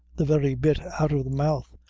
the very bit out of the mouth,